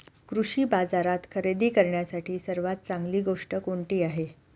कृषी बाजारात खरेदी करण्यासाठी सर्वात चांगली गोष्ट कोणती आहे?